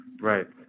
Right